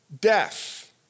death